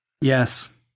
Yes